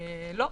לא,